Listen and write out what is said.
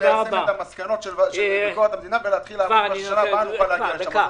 עודד פלוס, מנכ"ל המשרד לשירותי דת, בבקשה.